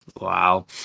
wow